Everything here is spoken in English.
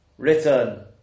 Written